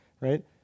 right